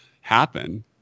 happen